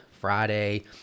Friday